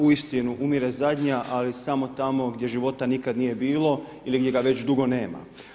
Uistinu umire zadnja, ali samo tamo gdje života nikada nije bilo ili ga već dugo nema.